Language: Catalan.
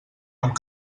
amb